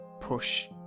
push